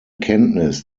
kenntnis